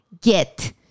get